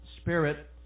spirit